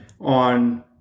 on